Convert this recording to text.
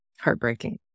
heartbreaking